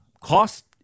cost